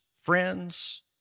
friends